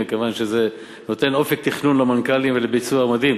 מכיוון שזה נותן אופק תכנון למנכ"לים ולביצוע מדיד.